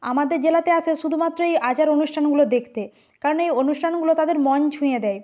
আমাদের জেলাতে আসে শুধুমাত্র এই আচার অনুষ্ঠানগুলো দেখতে কারণ এই অনুষ্ঠানগুলো তাদের মন ছুঁয়ে দেয়